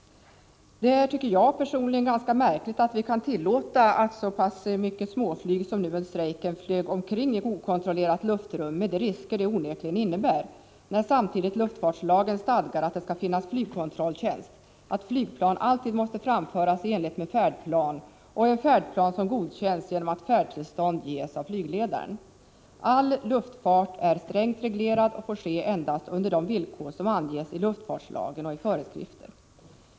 Det är, tycker jag personligen, ganska märkligt att vi kan tillåta så pass mycket småflyg — under strejken flög det omkring en mängd små plan i okontrollerat luftrum, med de risker detta onekligen innebär — när samtidigt luftfartslagen stadgar att det skall finnas flygkontrolltjänst och att flygplan alltid måste framföras i enlighet med färdplan, en färdplan som godkänns genom att färdtillstånd ges av flygledaren. All luftfart är strängt reglerad och får ske endast på de villkor som anges i luftfartslagen och i föreskrifter.